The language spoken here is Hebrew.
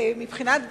מבחינת גיל,